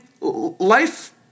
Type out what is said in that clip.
life